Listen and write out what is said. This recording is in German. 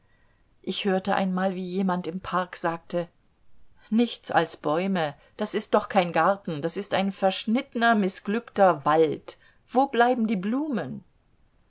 ich hörte einmal wie jemand im park sagte nichts als bäume das ist doch kein garten das ist ein verschnittener mißglückter wald wo bleiben die blumen